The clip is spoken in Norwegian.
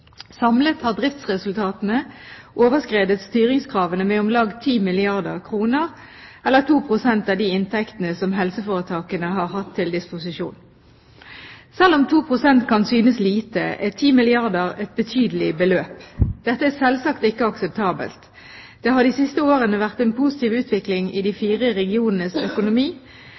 Samlet har driftsresultatene overskredet styringskravene med om lag 10 milliarder kr, eller 2 pst. av de inntektene som helseforetakene har hatt til disposisjon. Selv om 2 pst. kan synes lite, er 10 milliarder kr et betydelig beløp. Dette er selvsagt ikke akseptabelt. Det har de siste årene vært en positiv utvikling i de fire regionenes økonomi.